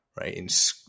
right